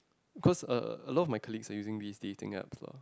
because uh a lot of my colleagues are using these dating apps lah